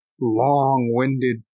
long-winded